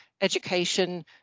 education